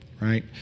right